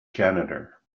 janitor